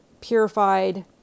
purified